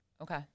Okay